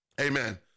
amen